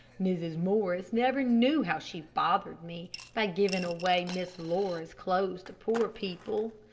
mrs. morris never knew how she bothered me by giving away miss laura's clothes to poor people.